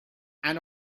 and